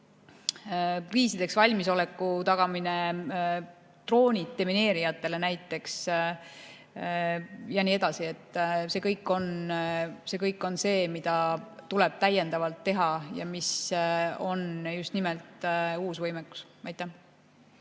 Kriisideks valmisoleku tagamine, droonid demineerijatele näiteks ja nii edasi. See kõik tuleb täiendavalt teha ja see on just nimelt uus võimekus. Aitäh!